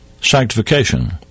Sanctification